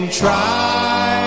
try